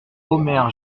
omer